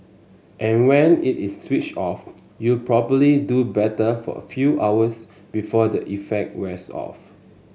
and when it is switched off you probably do better for a few hours before the effect wears off